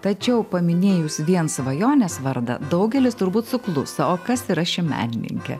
tačiau paminėjus vien svajonės vardą daugelis turbūt sukluso o kas yra ši menininkė